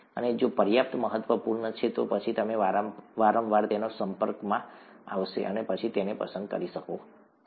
અને જો તે પર્યાપ્ત મહત્વપૂર્ણ છે તો પછી તમે વારંવાર તેના સંપર્કમાં આવશે અને તમે તેને પસંદ કરી શકો છો